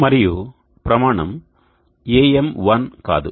మరియు ప్రమాణం AM1 కాదు